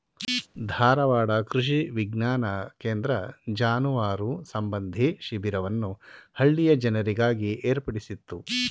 ಧಾರವಾಡ ಕೃಷಿ ವಿಜ್ಞಾನ ಕೇಂದ್ರ ಜಾನುವಾರು ಸಂಬಂಧಿ ಶಿಬಿರವನ್ನು ಹಳ್ಳಿಯ ಜನರಿಗಾಗಿ ಏರ್ಪಡಿಸಿತ್ತು